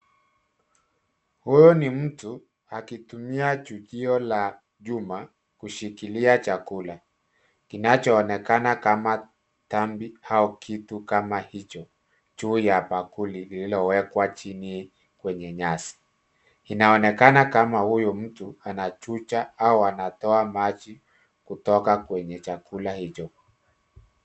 Huyu ni mtu, akitumia chujio la chuma, kushikilia chakula. Kinachoonekana kama tambi au kitu kama hicho, juu ya bakuli lililowekwa chini kwenye nyasi. Inaonekana kama huyu mtu anachuja au anatoa maji kutoka kwenye chakula hicho.